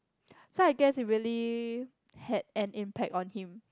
so I guess it really had an impact on him